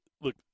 look